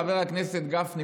חבר הכנסת גפני,